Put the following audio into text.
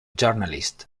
journalist